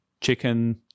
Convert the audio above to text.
chicken